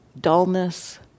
dullness